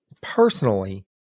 personally